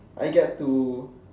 I get to